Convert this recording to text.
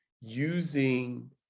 using